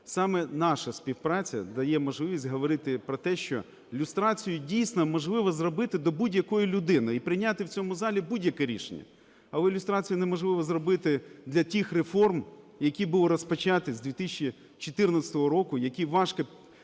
саме наша співпраця дає можливість говорити про те, що люстрацію, дійсно, можливо зробити до будь-якої людини і прийняти в цьому залі будь-яке рішення, але люстрацію неможливо зробити для тих реформ, які були розпочаті з 2014 року, які важко